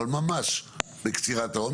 אבל ממש בקצרה,